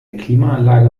klimaanlage